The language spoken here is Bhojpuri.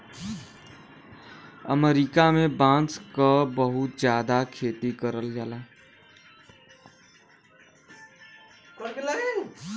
अमरीका में बांस क बहुत जादा खेती करल जाला